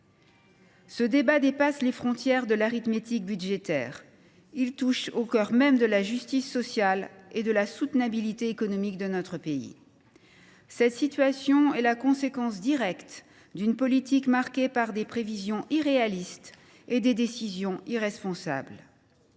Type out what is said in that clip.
Ce débat dépasse les frontières de l’arithmétique budgétaire : il touche au cœur même de la justice sociale et de la soutenabilité économique de notre modèle. La situation que je viens d’exposer est la conséquence directe d’une politique marquée par des prévisions irréalistes et par des décisions irresponsables.